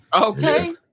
Okay